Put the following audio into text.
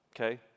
okay